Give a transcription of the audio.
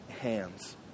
hands